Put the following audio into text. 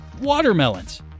watermelons